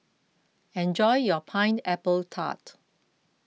enjoy your Pineapple Tart